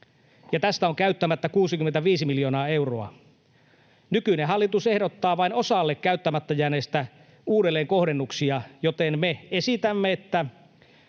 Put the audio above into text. tästä on käyttämättä 65 miljoonaa euroa. Nykyinen hallitus ehdottaa vain osalle käyttämättä jääneistä rahoista uudelleenkohdennuksia, joten me esitämme, että